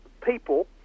people